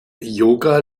yoga